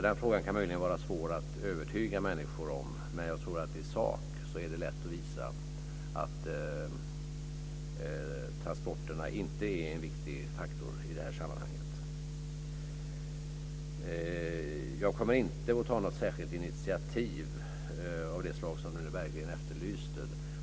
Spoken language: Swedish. Den frågan kan möjligen vara svår att övertyga människor om, men jag tror att i sak är det lätt att visa att transporterna inte är en viktig faktor i det här sammanhanget. Jag kommer inte att ta något särskilt initiativ av det slag om Rune Berglund efterlyste.